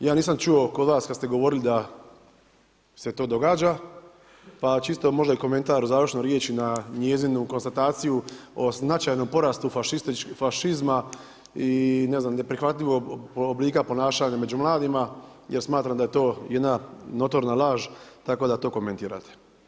Ja nisam čuo kod vas kad ste govorili da se to događa, pa čisto možda i komentar u završnoj riječi na njezinu konstataciju o značajnom porastu fašizma i ne znam, neprihvatljivog oblika ponašanja među mladima, ja smatram da je to jedna notorna laž tako da to komentirate.